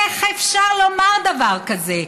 איך אפשר לומר דבר כזה?